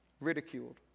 Ridiculed